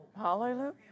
Hallelujah